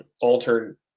altered